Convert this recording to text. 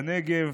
בנגב